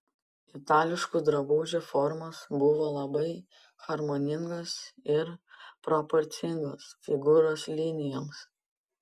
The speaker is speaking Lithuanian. itališkų drabužių formos buvo labai harmoningos ir proporcingos figūros linijoms